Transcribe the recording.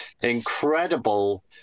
incredible